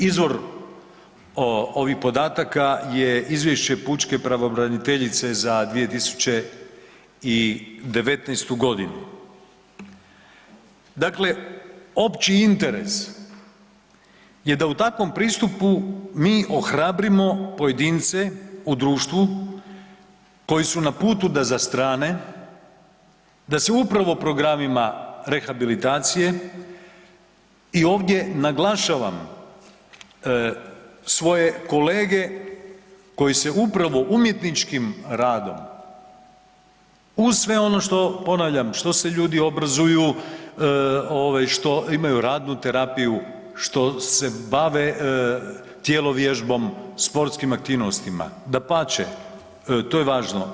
Izvor ovih podataka je izvješće pučke pravobraniteljice za 2019.g. Dakle, opći interes je da u takvom pristupu mi ohrabrimo pojedince u društvu koji su na putu da zastrane, da se upravo programima rehabilitacije i ovdje naglašavam svoje kolege koji se upravo umjetničkim radom, uz sve ono što, ponavljam što se ljudi obrazuju, ovaj što imaju radnu terapiju, što se bave tjelovježbom, sportskim aktivnostima, dapače, to je važno.